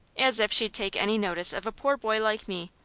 as if she'd take any notice of a poor boy like me.